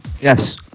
Yes